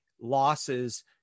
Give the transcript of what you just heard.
losses